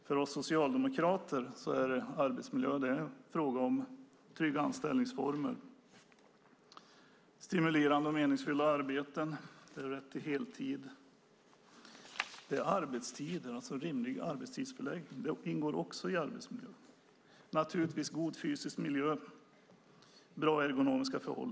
För oss socialdemokrater är arbetsmiljö en fråga om trygga anställningsformer, stimulerande och meningsfulla arbeten och rätt till heltid. Rimlig arbetstidsförläggning ingår också i arbetsmiljön. Naturligtvis ingår också god fysisk miljö och bra förhållanden ergonomiskt.